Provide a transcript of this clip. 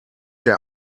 der